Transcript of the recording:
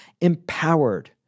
empowered